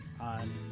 on